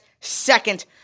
second